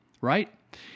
Right